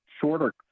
shorter